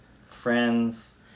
friends